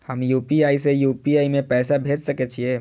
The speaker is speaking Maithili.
हम यू.पी.आई से यू.पी.आई में पैसा भेज सके छिये?